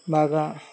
బాగా